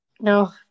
no